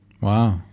Wow